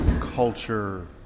culture